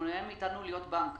הוא מונע מאתנו להיות בנק.